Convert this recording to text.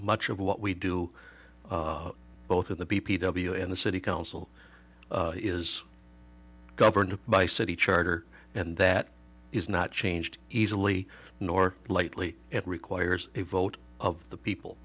much of what we do both at the in the city council is governed by city charter and that is not changed easily nor lightly it requires a vote of the people